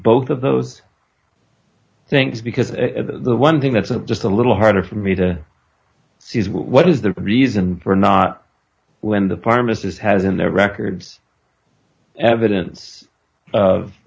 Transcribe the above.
both of those things because the one thing that's a just a little harder for me to see is what is the reason for not when the pharmacist has in their records evidence of